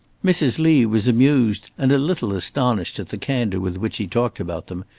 mrs. lee was amused and a little astonished at the candour with which he talked about them,